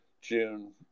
june